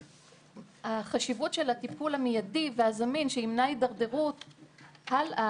החשיבות של הטיפול המיידי והזמין שימנע הידרדרות הלאה,